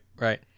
right